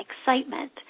excitement